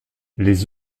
les